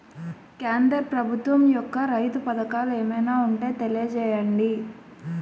కేంద్ర ప్రభుత్వం యెక్క రైతు పథకాలు ఏమైనా ఉంటే తెలియజేయండి?